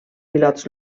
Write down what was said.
pilots